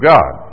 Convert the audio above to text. God